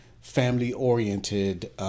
family-oriented